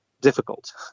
difficult